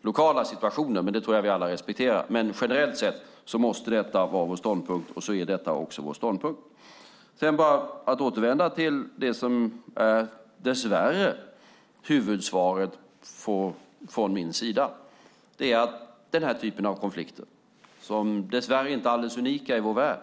lokala situationer, men det tror jag vi alla respekterar. Men på något sätt måste detta vara vår ståndpunkt, och det är också vår ståndpunkt. Jag återvänder till det som dess värre är huvudsvaret från min sida. Den här typen av konflikter är dess värre inte alldeles unik i vår värld.